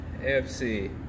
AFC